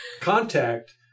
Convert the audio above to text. contact